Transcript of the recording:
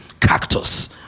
Cactus